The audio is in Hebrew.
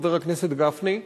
חבר הכנסת גפני,